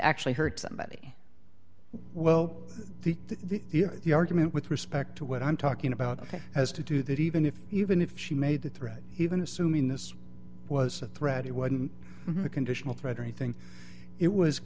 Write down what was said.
actually hurt somebody well the the the argument with respect to what i'm talking about has to do that even if even if she made the threat even assuming this was a threat it wasn't a conditional threat or anything it was